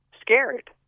scared